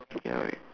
ya